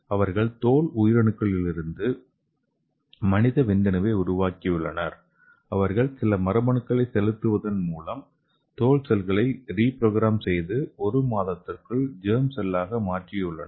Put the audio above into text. அவர்கள் தோல் உயிரணுக்களிலிருந்து மனித விந்தணுவை உருவாக்கியுள்ளனர் அவர்கள் சில மரபணுக்களை செலுத்துவதன் மூலம் தோல் செல்களை ரீ ப்ரோக்ராம் செய்து ஒரு மாதத்திற்குள் ஜெர்ம் செல்லாக மாற்றியுள்ளனர்